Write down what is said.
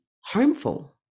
harmful